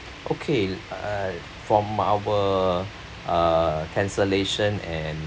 okay uh for our uh cancellation and